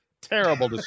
Terrible